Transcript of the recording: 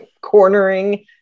cornering